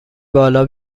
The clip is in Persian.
بالا